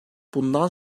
bundan